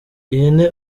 ihene